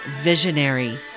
visionary